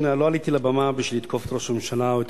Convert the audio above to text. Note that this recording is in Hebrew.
לא עליתי לבמה בשביל לתקוף את ראש הממשלה או את